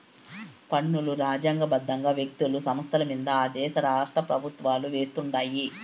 పన్నులు రాజ్యాంగ బద్దంగా వ్యక్తులు, సంస్థలమింద ఆ దేశ రాష్ట్రపెవుత్వాలు వేస్తుండాయి